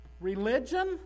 Religion